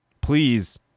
Please